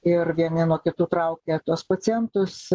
ir vieni nuo kitų traukia tuos pacientus